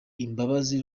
imbabazi